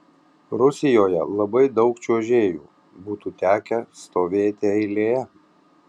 rusijoje labai daug čiuožėjų būtų tekę stovėti eilėje